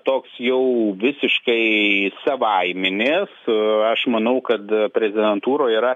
toks jau visiškai savaiminis aš manau kad prezidentūroj yra